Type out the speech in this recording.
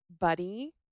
buddy